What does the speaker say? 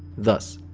thus,